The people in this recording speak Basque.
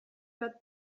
bat